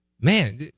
Man